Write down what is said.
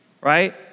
right